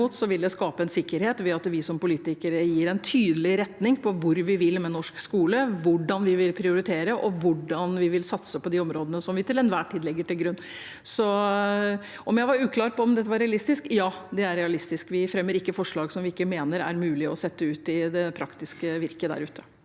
det skape en sikkerhet ved at vi som politikere gir en tydelig retning for hvor vi vil med norsk skole, hvordan vi vil prioritere, og hvordan vi vil satse på de områdene som vi til enhver tid legger til grunn. Så om jeg var uklar på om dette var realistisk: Ja, det er realistisk. Vi fremmer ikke forslag som vi ikke mener er mulig å sette ut i det praktiske virket der ute.